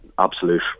absolute